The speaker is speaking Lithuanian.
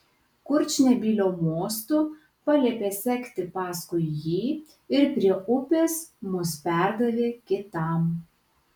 kurčnebylio mostu paliepė sekti paskui jį ir prie upės mus perdavė kitam